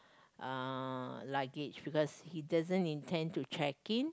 uh luggage because he doesn't intend to check in